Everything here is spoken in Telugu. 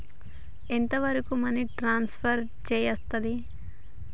ఎంత వరకు మనీ ట్రాన్స్ఫర్ చేయస్తది?